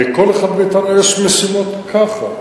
הרי לכל אחד מאתנו יש משימות, ככה.